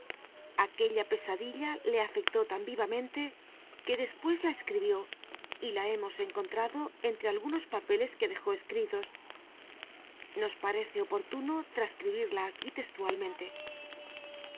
aquella pesadilla le afectó tan vivamente que despues la escribió y la hemos encontrado entre algunos papeles que dejó escritos nos parece oportuno trascribirla aquí testualmente